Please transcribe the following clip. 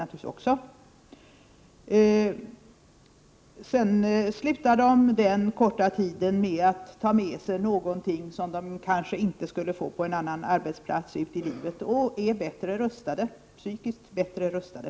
När de unga sedan slutar efter den korta tiden hos en sådan organisation, tar de med sig någonting som de kanske inte skulle få på en annan arbetsplats och är på det sättet psykiskt bättre rustade.